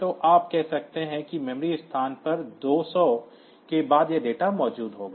तो आप कह सकते हैं कि मेमोरी स्थान पर 200 के बाद यह डेटा मौजूद होगा